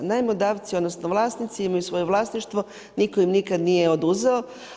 Najmodavci odnosno vlasnici imaju svoje vlasništvo, nitko im nikada nije oduzeo.